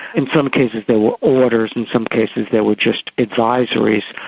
in some cases they were orders, in some cases they were just advisories,